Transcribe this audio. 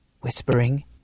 Whispering